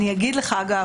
אני אגיד לך אגב,